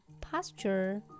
posture